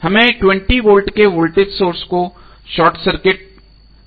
हमें 20 वोल्ट के voltage source को शॉर्ट सर्किट करना होगा